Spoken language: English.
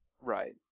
Right